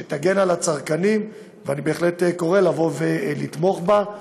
שתגן על הצרכנים, ואני בהחלט קורא לבוא ולתמוך בה.